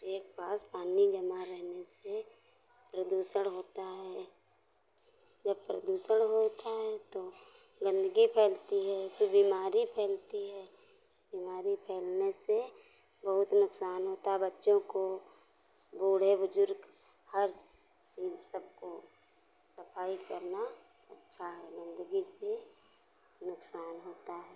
एक पास पानी जमा रहने से प्रदूषण होता है जब प्रदूषण होता है तो गंदगी फैलती है फिर बीमारी फैलती है बीमारी फैलने से बहुत नुकसान होता है बच्चों को बूढ़े बुजुर्ग हर चीज सबको सफाई करना अच्छा है गंदगी से नुकसान होता है